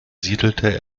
siedelte